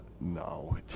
No